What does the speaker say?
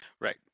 Right